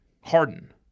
Harden